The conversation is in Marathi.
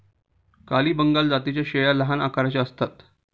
काली बंगाल जातीच्या शेळ्या लहान आकाराच्या असतात